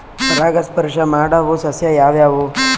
ಪರಾಗಸ್ಪರ್ಶ ಮಾಡಾವು ಸಸ್ಯ ಯಾವ್ಯಾವು?